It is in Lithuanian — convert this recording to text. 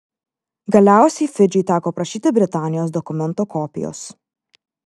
galiausiai fidžiui teko prašyti britanijos dokumento kopijos